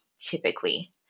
typically